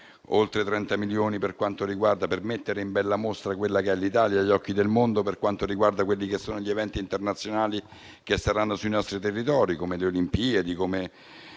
oltre 30 milioni per mettere in bella mostra quella che è l'Italia agli occhi del mondo per quanto riguarda gli eventi internazionali sui nostri territori, come le Olimpiadi